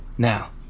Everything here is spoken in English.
Now